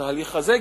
התהליך הזה,